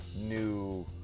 new